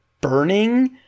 burning